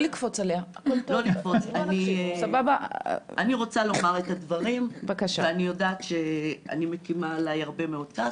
אני רוצה לומר את הדברים ואני יודעת שאני מקימה עליי הרבה מאוד כעס,